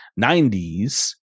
90s